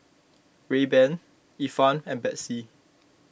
Rayban Ifan and Betsy